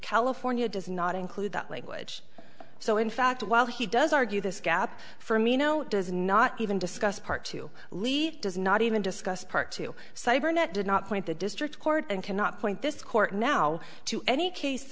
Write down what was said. california does not include that language so in fact while he does argue this gap for me no it does not even discuss part to leave does not even discuss part two cybernet did not point the district court and cannot point this court now to any case